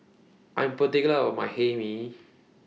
I Am particular about My Hae Mee